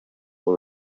were